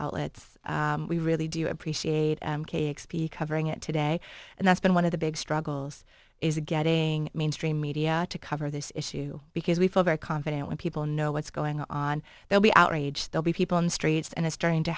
outlets we really do appreciate covering it today and that's been one of the big struggles is getting mainstream media to cover this issue because we feel very confident when people know what's going on they'll be outraged they'll be people in the streets and it's starting to